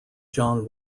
john